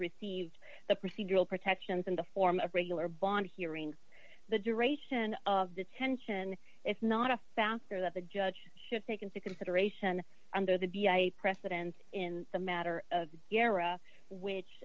received the procedural protections in the form of regular bond hearing the duration of detention it's not a factor that the judge should take into consideration under the d i precedence in the matter of the era which